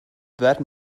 that